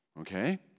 Okay